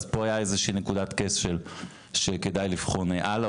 אז פה הייתה איזו שהיא נקודת כשל שכדאי לבחון הלאה,